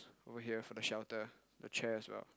over here for the shelter the chair as well